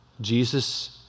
Jesus